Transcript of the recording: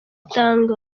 itanga